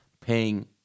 paying